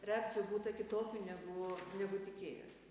reakcijų būta kitokių negu negu tikėjosi